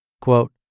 Quote